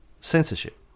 censorship